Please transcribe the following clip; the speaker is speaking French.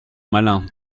malin